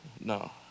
No